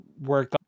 work